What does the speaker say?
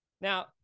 now